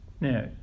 Now